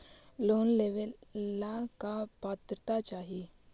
Loan लेवेला का पात्रता चाही?